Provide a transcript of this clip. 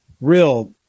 real